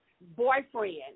Boyfriend